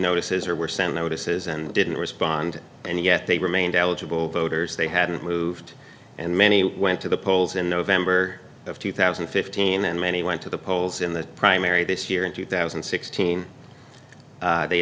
notices or were sent notices and didn't respond and yet they remained eligible voters they hadn't moved and many went to the polls in november of two thousand and fifteen and many went to the polls in the primary this year in two thousand and sixteen they